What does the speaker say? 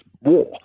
war